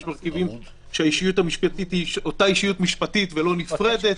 יש מרכיבים שהאישיות המשפטית היא אותה אישיות משפטית ולא נפרדת.